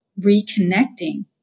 reconnecting